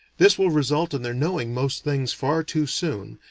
this will result in their knowing most things far too soon,